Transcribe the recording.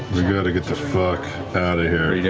we got to get the fuck outta here. yeah